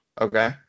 Okay